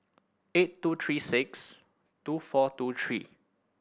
eight two three six two four two three